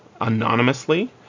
anonymously